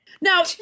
Now